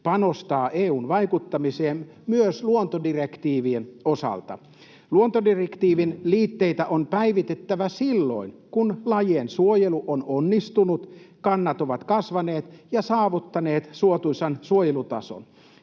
panostaa EU- vaikuttamiseen myös luontodirektiivien osalta. Luontodirektiivin liitteitä on päivitettävä silloin, kun lajien suojelu on onnistunut, kannat ovat kasvaneet ja saavuttaneet suotuisan suojelutason,